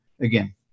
again